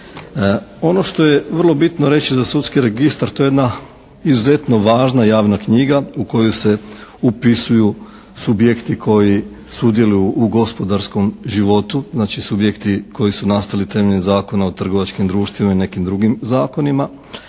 Ono što je vrlo bitno reći za sudski registar, to je jedna izuzetno važna javna knjiga u koju se upisuju subjekti koji sudjeluju u gospodarskom životu, znači subjekti koji su nastali temeljem Zakona o trgovačkim društvima i nekim drugim zakonima,